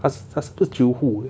她是不是 jiu hu uh